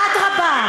אדרבה.